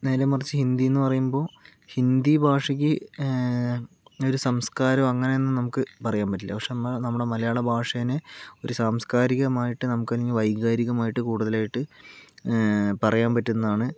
നേരെ മറിച്ച് ഹിന്ദി എന്ന് പറയുമ്പോൾ ഹിന്ദി ഭാഷക്ക് ഒരു സംസ്കാരമോ എങ്ങനെയൊന്നുംപറയാൻ പറ്റില്ല പക്ഷെ നമ്മുടെ മലയാള ഭാഷായെ ഒരു സംസ്കാരികമായിട്ട് വൈകാരികമായിട്ട് കൂടുതലായിട്ട് പറയാൻ പറ്റുന്നതാണ്